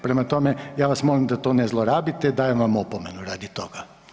Prema tome, ja vas molim da to ne zlorabite i dajem vam opomenu radi toga.